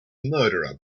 murderer